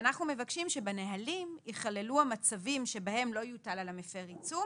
אנחנו מבקשים שבנהלים ייכללו המצבים בהם לא יוטל על המפר עיצום